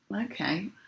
Okay